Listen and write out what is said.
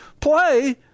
play